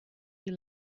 you